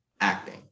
Acting